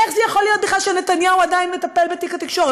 איך זה יכול להיות בכלל שנתניהו עדיין מטפל בתיק התקשורת?